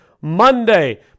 Monday